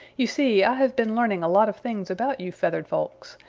you see, i have been learning a lot of things about you feathered folks,